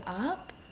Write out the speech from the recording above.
up